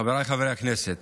חבריי חברי הכנסת,